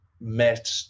met